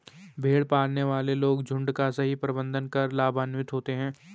भेड़ पालने वाले लोग झुंड का सही प्रबंधन कर लाभान्वित होते हैं